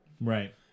Right